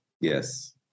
Yes